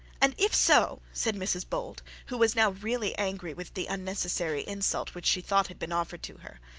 and if so said mrs bold, who was now really angry with the unnecessary insult, which she thought had been offered to her,